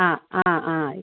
അ ആ ആയി